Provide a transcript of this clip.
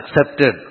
Accepted